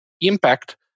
impact